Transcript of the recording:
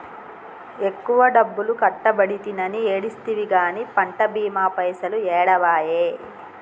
ఎక్కువ డబ్బులు కట్టబడితినని ఏడిస్తివి గాని పంట బీమా పైసలు ఏడబాయే